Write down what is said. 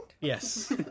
Yes